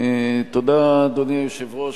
אדוני היושב-ראש,